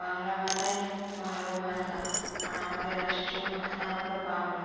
বাংলা ভাষাই ভালো ভাষা আর আমাদের রাষ্টীয় ভাষা হল বাংলা